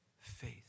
faith